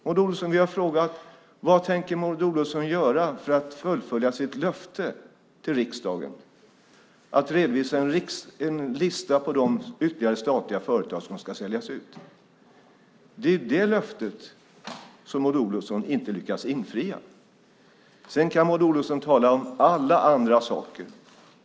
Maud Olofsson, vi har frågat: Vad tänker Maud Olofsson göra för att fullfölja sitt löfte till riksdagen att redovisa en lista över de ytterligare statliga företag som ska säljas ut? Det är det löftet som Maud Olofsson inte lyckas infria. Sedan kan Maud Olofsson tala om alla andra saker.